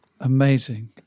Amazing